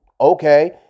okay